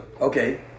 Okay